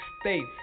States